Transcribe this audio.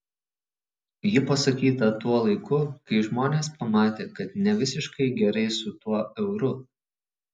ji pasakyta tuo laiku kai žmonės pamatė kad ne visiškai gerai su tuo euru